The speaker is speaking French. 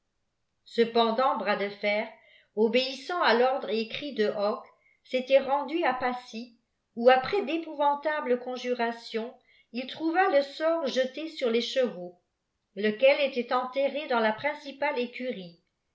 cependant bras de fer obéissant à l'ordre écrit de hocque s'élait rendu à pacy où après d'épouvantables conjurations il trouva le sort jeté sur les chevau i lequel était enterré dans la principale écurie